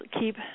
keep